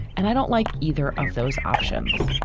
and i don't like either of those options,